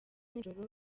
nijoro